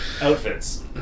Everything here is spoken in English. outfits